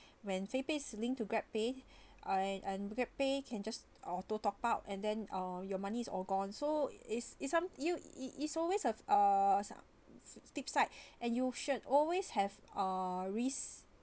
when favepay's linked to grab pay uh I and grab pay can just auto top up and then uh your money is all gone so it it's some you it it it's always have uh some flip side and you should always have uh risk